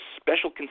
special